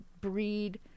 breed